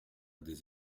des